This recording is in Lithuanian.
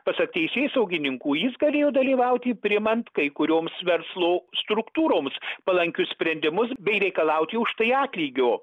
pasak teisėsaugininkų jis galėjo dalyvauti priimant kai kurioms verslo struktūroms palankius sprendimus bei reikalauti už tai atlygio